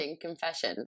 confession